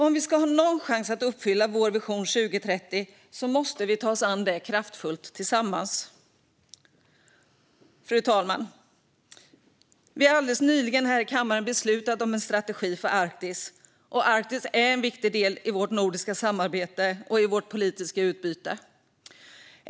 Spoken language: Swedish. Om vi ska ha någon chans att uppfylla Vår vision 2030 måste vi ta oss an det kraftfullt tillsammans. Fru talman! Vi har alldeles nyligen här i kammaren beslutat om en strategi för Arktis. Arktis är en viktig del i vårt nordiska samarbete och i vårt politiska utbyte.